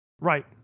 Right